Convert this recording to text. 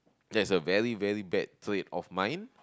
that's a very very bad trait of mine